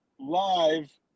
live